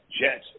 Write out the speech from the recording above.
Jets